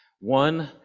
One